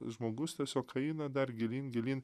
žmogus tiesiog eina dar gilyn gilyn